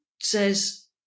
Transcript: says